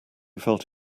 felt